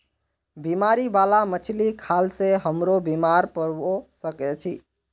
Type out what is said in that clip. बीमारी बाला मछली खाल से हमरो बीमार पोरवा सके छि